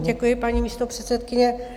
Děkuji, paní místopředsedkyně.